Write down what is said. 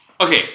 Okay